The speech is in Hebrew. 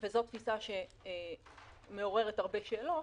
וזו תפיסה שמעוררת הרבה שאלות